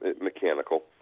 mechanical